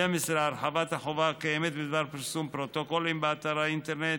12. הרחבת החובה הקיימת בדבר פרסום פרוטוקולים באתר האינטרנט